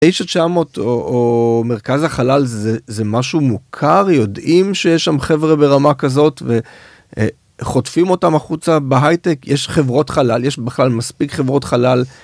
9 900 או מרכז החלל זה זה משהו מוכר יודעים שיש שם חברה ברמה כזאת וחוטפים אותם החוצה בהייטק יש חברות חלל יש בכלל מספיק חברות חלל.